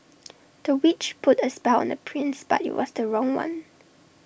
the witch put A spell on the prince but IT was the wrong one